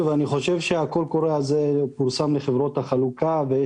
הקול קורא הזה פורסם לחברות החלוקה.